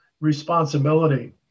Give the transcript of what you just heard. responsibility